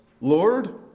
Lord